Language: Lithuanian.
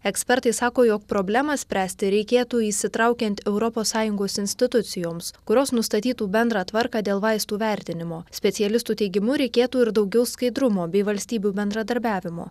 ekspertai sako jog problemą spręsti reikėtų įsitraukiant europos sąjungos institucijoms kurios nustatytų bendrą tvarką dėl vaistų vertinimo specialistų teigimu reikėtų ir daugiau skaidrumo bei valstybių bendradarbiavimo